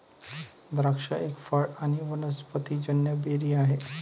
द्राक्ष एक फळ आणी वनस्पतिजन्य बेरी आहे